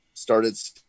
started